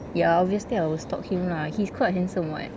ya obviously I will stalk him lah he's quite handsome [what]